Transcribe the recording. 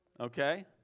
Okay